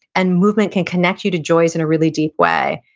and movement can connect you to joys in a really deep way,